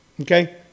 okay